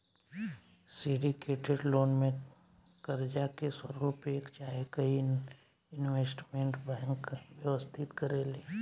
syndicated loan में कर्जा के स्वरूप एक चाहे कई इन्वेस्टमेंट बैंक व्यवस्थित करेले